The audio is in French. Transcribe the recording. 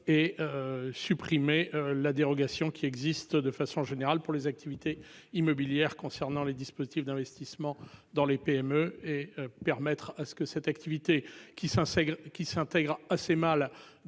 est. Supprimée la dérogation qui existe de façon générale pour les activités immobilières concernant les dispositifs d'investissement dans les PME et permettre à ce que cette activité qui s'intègre qui